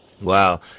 Wow